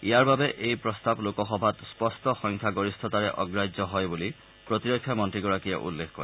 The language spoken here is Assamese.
ইয়াৰ বাবে এই প্ৰস্তাৱ লোকসভাত স্পষ্ট সংখ্যাগৰিষ্ঠতাৰে অগ্ৰাহ্য হয় বুলি প্ৰতিৰক্ষামন্ত্ৰীগৰাকীয়ে উল্লেখ কৰে